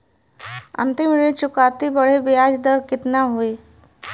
अंतिम ऋण चुकौती बदे ब्याज दर कितना होई?